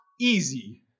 easy